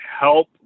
help